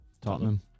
Tottenham